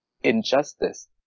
injustice